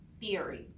theory